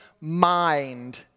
mind